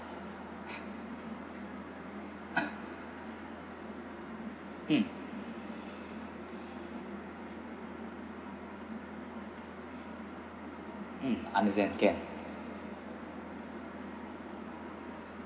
mm mm understand can